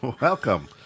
Welcome